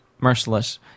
Merciless